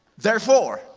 therefore,